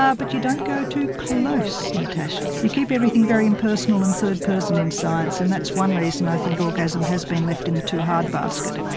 ah but you don't go to close, natasha, you keep everything very impersonal and third person in science and that's one reason i think orgasm has been left in the too hard basket.